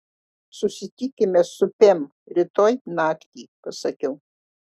susitikime su pem rytoj naktį pasakiau